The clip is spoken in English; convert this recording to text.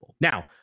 Now